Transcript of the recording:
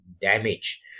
damage